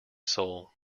soul